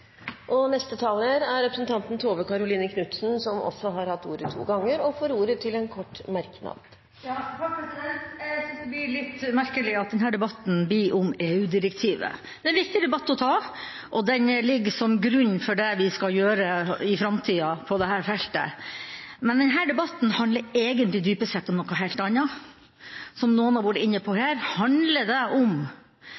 Representanten Tove Karoline Knutsen har hatt ordet to ganger tidligere og får ordet til en kort merknad, begrenset til 1 minutt. Jeg synes det blir litt merkelig at denne debatten blir om EU-direktivet. Det er en viktig debatt å ta – og den ligger som grunnlag for det vi skal gjøre på dette feltet i framtida – men denne debatten handler egentlig, dypest sett, om noe helt annet. Som noen har vært inne på